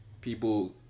people